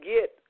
get